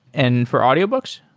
and for audiobooks?